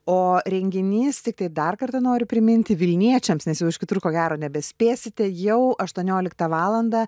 o renginys tiktai dar kartą noriu priminti vilniečiams nes jau iš kitur ko gero nebespėsite jau aštuonioliktą valandą